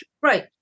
Right